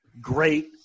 great